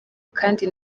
kandi